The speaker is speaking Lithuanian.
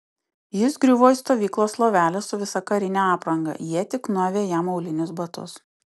jis griuvo į stovyklos lovelę su visa karine apranga jie tik nuavė jam aulinius batus